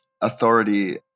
authority